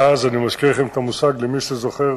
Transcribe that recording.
ואז, אני מזכיר את המושג למי שזוכר,